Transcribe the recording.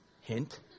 Hint